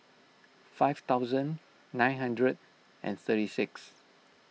five thousand nine hundred and thirty six